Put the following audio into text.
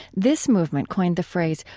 this movement coined the phrase,